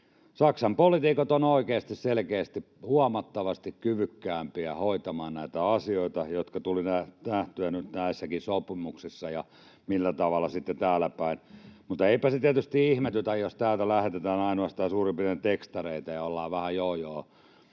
Saksan poliitikot ovat oikeasti, selkeästi, huomattavasti kyvykkäämpiä hoitamaan näitä asioita, mikä tuli nähtyä nyt näissäkin sopimuksissa, ja millä tavalla sitten täällä päin. Mutta eipä se tietysti ihmetytä, jos täältä suurin piirtein lähetetään ainoastaan tekstareita ja ollaan vähän